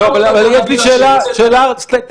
גם אותה קרווילה שנמצאת --- יש לי שאלה טכנית.